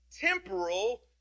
temporal